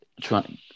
trying